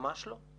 ממש לא.